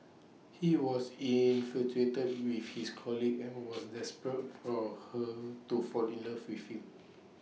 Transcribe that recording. he was infatuated with his colleague and was desperate for her to fall in love with him